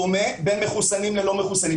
דומה בין מחוסנים ללא מחוסנים.